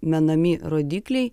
menami rodikliai